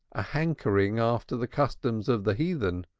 a hankering after the customs of the heathen,